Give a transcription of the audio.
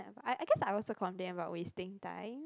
I I guess I was complain about wasting time